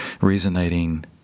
resonating